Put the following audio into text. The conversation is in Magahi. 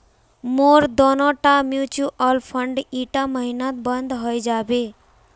मोर दोनोटा म्यूचुअल फंड ईटा महिनात बंद हइ जाबे